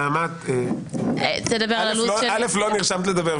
נעמה, לא נרשמת לדבר.